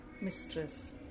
mistress